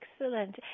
Excellent